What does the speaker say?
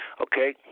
okay